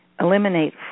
eliminate